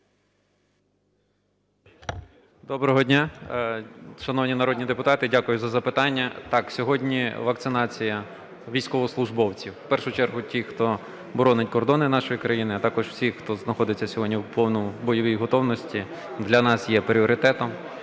Доброго дня, шановні народні депутати! Дякую за запитання. Так, сьогодні вакцинація військовослужбовців, у першу чергу тих, хто боронить кордони нашої країни, а також всіх, хто знаходиться сьогодні у повній бойовій готовності, для нас є пріоритетом.